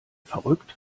verrückt